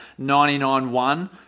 99-1